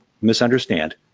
misunderstand